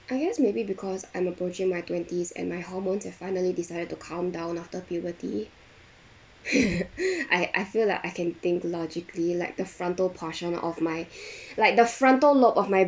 I guess maybe because I'm approaching my twenties and my hormones have finally decided to calm down after puberty I I feel like I can think logically like the frontal portion of my like the frontal lobe of my